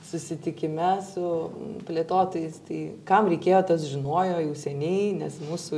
susitikime su plėtotojais tai kam reikėjo tas žinojo jau seniai nes mūsų